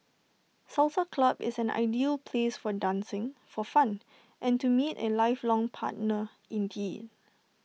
salsa club is an ideal place for dancing for fun and to meet A lifelong partner indeed